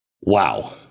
Wow